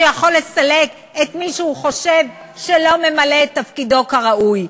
שיכול לסלק את מי שהוא חושב שלא ממלא את תפקידו כראוי.